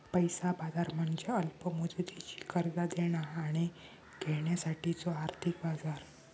पैसा बाजार म्हणजे अल्प मुदतीची कर्जा देणा आणि घेण्यासाठीचो आर्थिक बाजार